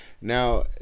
Now